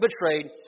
betrayed